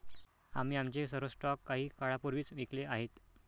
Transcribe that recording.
आम्ही आमचे सर्व स्टॉक काही काळापूर्वीच विकले आहेत